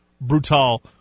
brutal